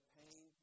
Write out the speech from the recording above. pain